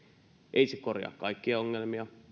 ei se korjaa kaikkia ongelmia